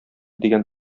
дигән